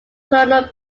colonial